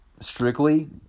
strictly